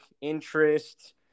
interest